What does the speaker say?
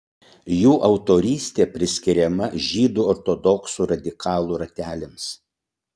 jų autorystė priskiriama žydų ortodoksų radikalų rateliams